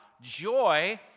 joy